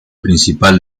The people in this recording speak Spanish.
principal